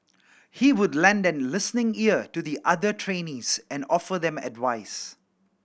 he would lend a listening ear to the other trainees and offer them advice